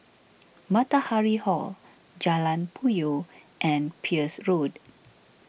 Matahari Hall Jalan Puyoh and Peirce Road